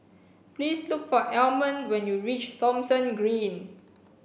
please look for Almond when you reach Thomson Green